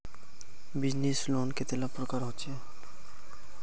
Business loan कतेला प्रकारेर होचे?